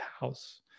house